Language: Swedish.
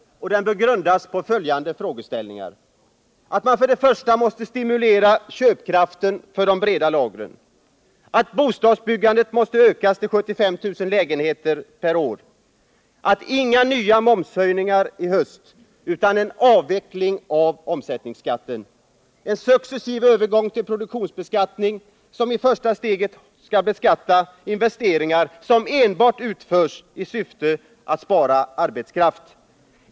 Den bör grundas på följande frågeställningar. Först och främst måste man stimulera köpkraften i de breda lagren. Bostadsbyggandet måste ökas till 75 000 lägenheter per år. Ingen ny momshöjning skall ske i höst, utan i stället en avveckling av omsättningsskatten. En successiv övergång bör ske till produktionsbeskattning, som i det första steget skall gälla investeringar som enbart utförs i syfte att spara arbetskraft.